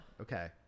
Okay